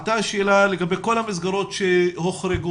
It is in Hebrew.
עלתה שאלה לגבי כל המסגרות שהוחרגו,